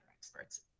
experts